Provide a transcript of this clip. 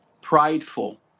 prideful